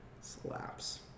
slaps